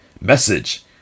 Message